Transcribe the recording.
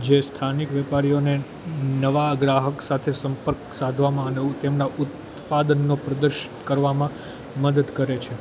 જે સ્થાનિક વેપારીઓને નવા ગ્રાહકો સાથે સંપર્ક સાધવામાં નવું તેમના ઉત્પાદનનો પ્રદર્શ કરવામાં મદદ કરે છે